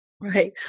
Right